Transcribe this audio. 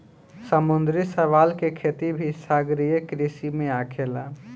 समुंद्री शैवाल के खेती भी सागरीय कृषि में आखेला